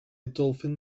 dolphin